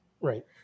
Right